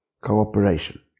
Cooperation